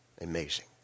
Amazing